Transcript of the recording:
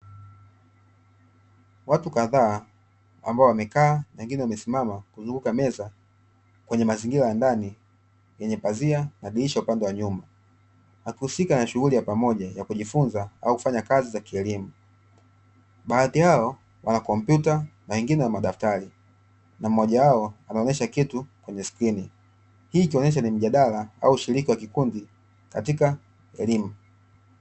Watu kadhaa ambao wamekaa na wengine wamesimama kuzunguka meza, kwenye mazingira ya ndani yenye pazia na dirisha upande wa nyuma. Wakihusika na shughuli ya pamoja ya kujifunza au kufanya kazi za kielimu. Baadhi yao wana kumpyuta na wengine wana madaftari, na mmoja wao anaonesha kitu kwenye skrini. Hii ikionesha ni mjadala au ushiriki wa kikundi katika elimu.